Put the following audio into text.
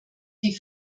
die